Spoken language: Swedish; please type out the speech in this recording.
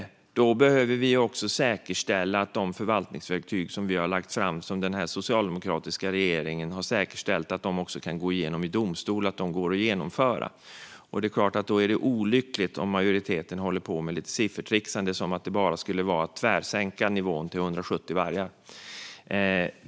Då behöver vi säkerställa att de förvaltningsverktyg som vi har lagt fram går att genomföra; den socialdemokratiska regeringen har också säkerställt att de kan gå igenom i domstol. Då är det såklart olyckligt om majoriteten håller på med lite siffertrixande, som om det bara skulle vara att tvärsänka nivån till 170 vargar.